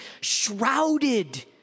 shrouded